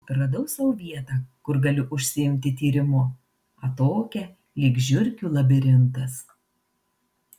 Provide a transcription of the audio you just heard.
radau sau vietą kur galiu užsiimti tyrimu atokią lyg žiurkių labirintas